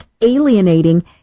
alienating